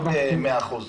לא ב-100%.